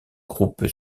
groupe